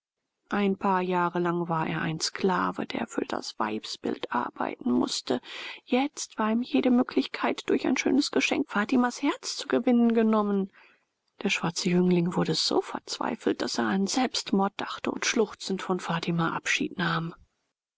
ein paar jahre lang war er ein sklave der für das weibsbild arbeiten mußte jetzt war ihm jede möglichkeit durch ein schönes geschenk fatimas herz zu gewinnen genommen der schwarze jüngling wurde so verzweifelt daß er an selbstmord dachte und schluchzend von fatima abschied nahm